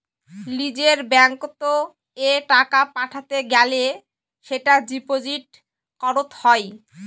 লিজের ব্যাঙ্কত এ টাকা পাঠাতে গ্যালে সেটা ডিপোজিট ক্যরত হ্য়